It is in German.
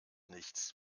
nichts